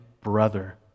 brother